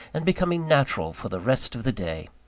and becoming natural for the rest of the day.